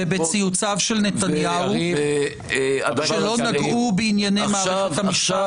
ובציוציו של נתניהו שלא נגעו בענייני מערכת המשפט?